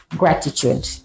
gratitude